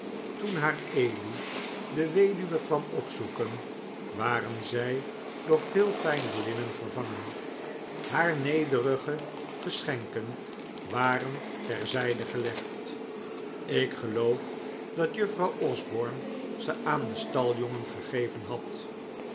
toen haar eli de weduwe kwam opzoeken waren zij door veel fijner linnen vervangen haar nederige geschenken waren ter zijde gelegd ik geloof dat juffrouw osborne ze aan den staljongen gegeven had